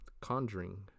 Conjuring